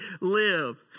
live